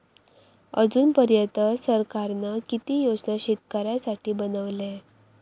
अजून पर्यंत सरकारान किती योजना शेतकऱ्यांसाठी बनवले?